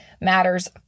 matters